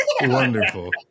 Wonderful